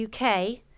uk